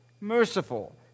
Merciful